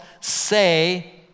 say